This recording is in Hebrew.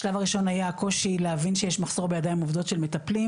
השלב הראשון היה הקושי להבין שיש מחסור בידיים עובדות של מטפלים,